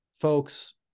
folks